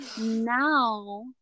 now